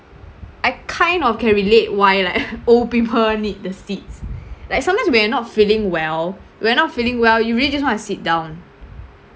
I kind of can relate why like old people need the seats like sometimes we are not feeling well we are not feeling well you really just want to sit down